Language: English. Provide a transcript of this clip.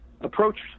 approached